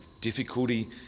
difficulty